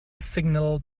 signal